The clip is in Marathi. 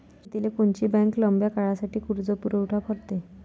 शेतीले कोनची बँक लंब्या काळासाठी कर्जपुरवठा करते?